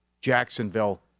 Jacksonville